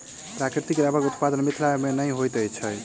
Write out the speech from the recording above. प्राकृतिक रबड़क उत्पादन मिथिला मे नहिये होइत छै